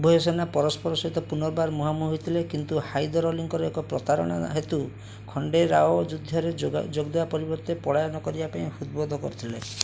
ଉଭୟ ସେନା ପରସ୍ପର ସହିତ ପୁନର୍ବାର ମୁହାଁମୁହିଁ ହୋଇଥିଲେ କିନ୍ତୁ ହାଇଦର ଅଲିଙ୍କର ଏକ ପ୍ରତାରଣା ହେତୁ ଖଣ୍ଡେ ରାଓ ଯୁଦ୍ଧରେ ଯୋଗ ଦେବା ପରିବର୍ତ୍ତେ ପଳାୟନ କରିବା ପାଇଁ ହୃଦ୍ବୋଧ କରିଥିଲେ